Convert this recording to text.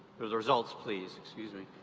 the results, please. excuse me.